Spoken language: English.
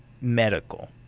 medical